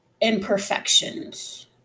imperfections